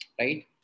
right